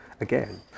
again